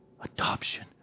Adoption